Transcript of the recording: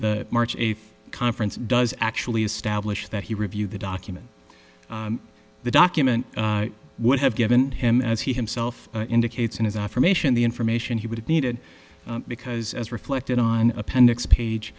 the march eighth conference does actually establish that he reviewed the document the document would have given him as he himself indicates in his affirmation the information he would have needed because as reflected on appendix page